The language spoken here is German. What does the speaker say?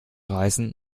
reißen